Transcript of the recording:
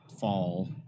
fall